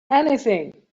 anything